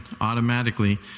automatically